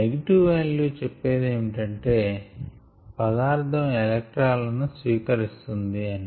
negative value చెప్పేదేమిటంటే పదార్ధం electron లను స్వీకరిస్తుంది అని